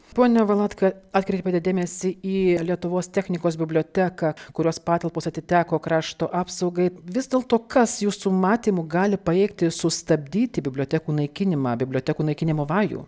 pone valatka atkreipėte dėmesį į lietuvos technikos biblioteką kurios patalpos atiteko krašto apsaugai vis dėlto kas jūsų matymu gali pajėgti sustabdyti bibliotekų naikinimą bibliotekų naikinimo vajų